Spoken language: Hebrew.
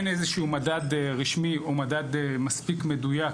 משום שאין איזה שהוא מדד רשמי, או מדד מספיק מדויק